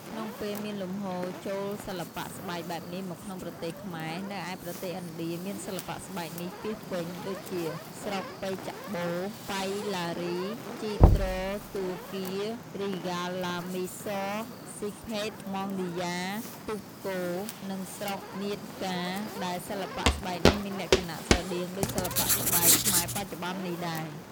ក្នុងពេលមានលំហូរចូលសិល្បៈស្បែកបែបនេះមកក្នុងប្រទេសខ្មែរ នៅឯប្រទេសឥណ្ឌាមានសិល្បៈស្បែកនេះពាសពេញ ដូចជាស្រុកប៉ីជបូរ, បៃលារី, ជិត្រទូគ៌ា, រីង្គាឡ័រមីស័រ, ស្សីភេគ, ម័ងឌីយ៉ា, ទុបកូរ និងស្រុកនាតកាដែលសិល្បៈស្បែកនេះមានលក្ខណៈស្រដៀងដូចសិល្បៈស្បែក ខ្មែរបច្ចុប្បន្ននេះដែរ ។